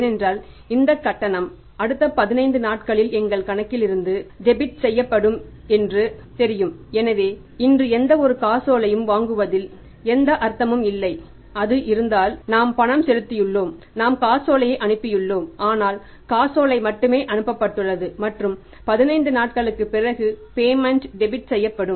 ஏனென்றால் இந்த கட்டணம் அடுத்த 15 நாட்களில் எங்கள் கணக்கிலிருந்து டெபிட் செய்யப்படும்